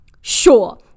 sure